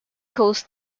coast